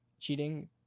cheating